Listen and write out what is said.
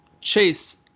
Chase